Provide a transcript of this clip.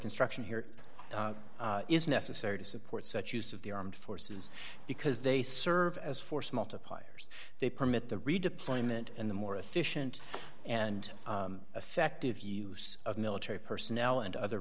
construction here is necessary to support such use of the armed forces because they serve as force multipliers they permit the redeployment and the more efficient and effective use of military personnel and other